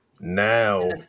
now